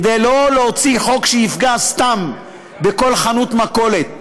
כדי לא להוציא חוק שיפגע סתם בכל חנות מכולת.